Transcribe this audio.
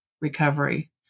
recovery